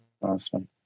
Awesome